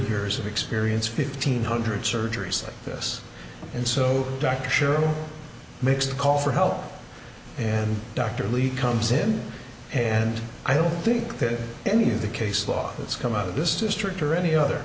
years of experience fifteen hundred surgeries that this and so dr shirley makes the call for help and dr lee comes in and i don't think that any of the case law that's come out of this district or any other